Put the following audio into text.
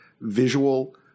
visual